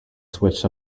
switch